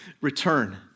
return